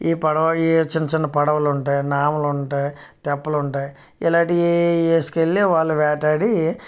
ఈ పడవ ఈ చిన్న చిన్న పడవలుంటాయి నావలుంటాయి తెప్పలుంటాయి ఇలాంటివి వేసుకెళ్ళి వాళ్ళు వేటాడి